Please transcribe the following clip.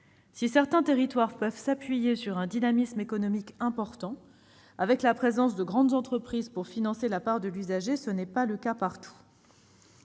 Si certains territoires peuvent s'appuyer sur un réel dynamisme économique avec la présence de grandes entreprises pour financer la part de l'usager, ce n'est pas le cas de tous.